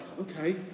okay